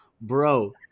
Bro